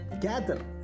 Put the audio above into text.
gather